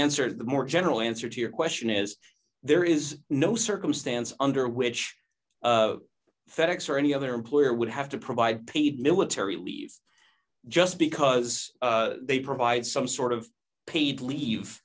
answer the more general answer to your question is there is no circumstance under which fed ex or any other employer would have to provide paid military leave just because they provide some sort of paid